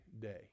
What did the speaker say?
day